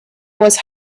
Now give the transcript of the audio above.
was